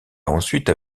ensuite